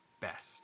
best